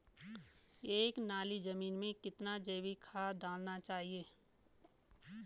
एक नाली जमीन में कितना जैविक खाद डालना चाहिए?